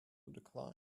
declined